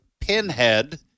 Pinhead